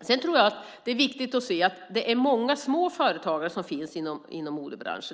Sedan tror jag att det är viktigt att se att det är många små företagare som finns inom modebranschen.